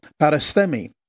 parastemi